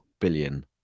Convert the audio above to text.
billion